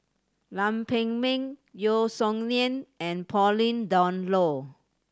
Lam Pin Min Yeo Song Nian and Pauline Dawn Loh